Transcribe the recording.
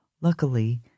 Luckily